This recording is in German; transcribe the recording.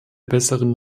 besseren